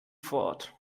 fort